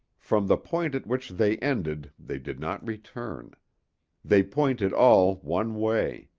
from the point at which they ended they did not return they pointed all one way.